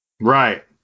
Right